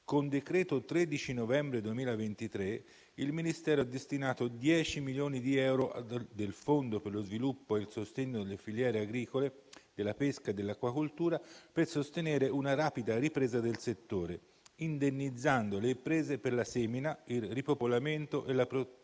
con decreto del 13 novembre 2023 il Ministero ha destinato 10 milioni di euro del Fondo per lo sviluppo e il sostegno delle filiere agricole, della pesca e dell'acquacoltura per sostenere una rapida ripresa del settore, indennizzando le imprese per la semina, il ripopolamento e la protezione